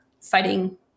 fighting